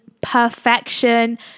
perfection